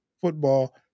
football